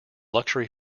luxury